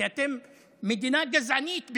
כי אתם מדינה גזענית,